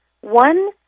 one